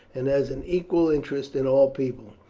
and has an equal interest in all people.